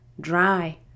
dry